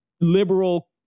liberal